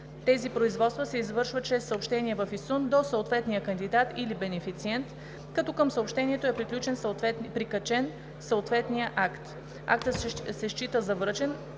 тези производства, се извършва чрез съобщение в ИСУН до съответния кандидат или бенефициент, като към съобщението е прикачен съответният акт. Актът се счита за връчен